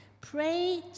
pray